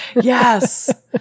Yes